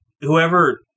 whoever